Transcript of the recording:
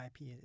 IP